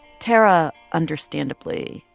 tarra, understandably,